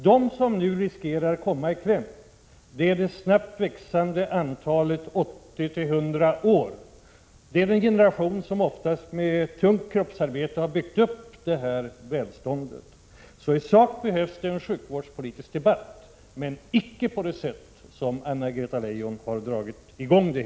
De som nu riskerar att komma i kläm är det snabbt växande antalet personer i 39 åldrarna 80-100 år, den generation som, oftast med tungt kroppsarbete, har byggt upp vårt välstånd. I sak behövs alltså en sjukvårdspolitisk debatt, men den bör inte föras på det sätt som Anna-Greta Leijon dragit i gång den.